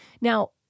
Now